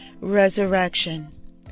Resurrection